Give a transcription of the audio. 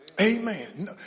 Amen